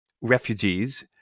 refugees